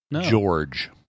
George